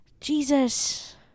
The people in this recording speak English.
Jesus